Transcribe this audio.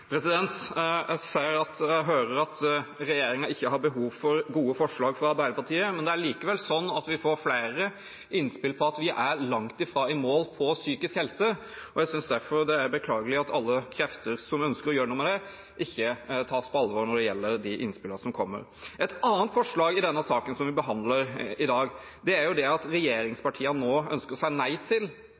hører at regjeringen ikke har behov for gode forslag fra Arbeiderpartiet, men det er likevel sånn at vi får flere innspill om at vi langt ifra er i mål når det gjelder psykisk helse. Jeg synes derfor det er beklagelig at alle krefter som ønsker å gjøre noe med det, ikke tas på alvor når det gjelder de innspillene som kommer. Et annet forslag i saken vi behandler i dag, som regjeringspartiene nå ønsker å si nei til,